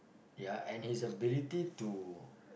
ya and his ability to